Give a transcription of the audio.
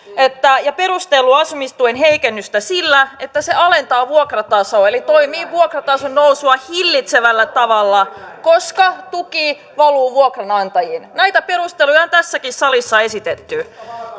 ja perustellut asumistuen heikennystä sillä että se alentaa vuokratasoa eli toimii vuokratason nousua hillitsevällä tavalla koska tuki valuu vuokranantajille näitä perusteluja on tässäkin salissa esitetty